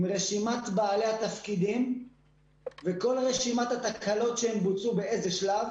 רשימת בעלי התפקידים וכל רשימת התקלות שבוצעו באיזה שלב